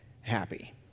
happy